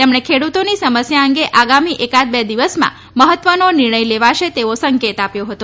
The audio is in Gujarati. તેમણે ખેડૂતોની સમસ્યા અંગે આગામી એકાદ બે દિવસમાં મહત્વનો નિર્ણય લેવાશે તેવો સંકેત આપ્યો હતો